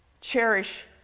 Cherish